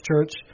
Church